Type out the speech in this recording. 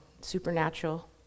supernatural